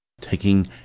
taking